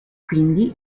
quindi